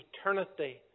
eternity